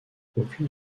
aucune